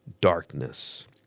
darkness